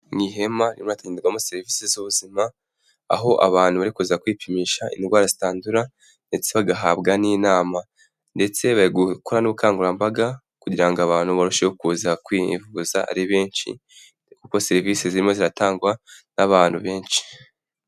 Ni ihema rinatangirwamo serivisi z'ubuzima, aho abantu barifuza kuza kwipimisha indwara zitandura ndetse bagahabwa n'inama ndetse n'ubukangurambaga kugira ngo abantu barusheho kuza kwivuza ari benshi kuko serivisi zirimo ziratangwa n'abantu benshi.